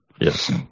Yes